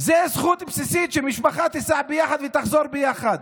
זאת זכות בסיסית שמשפחה תיסע יחד ותחזור ביחד.